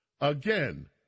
Again